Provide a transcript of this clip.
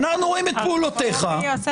הוא אמר שהוא מקבל.